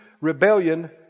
rebellion